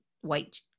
white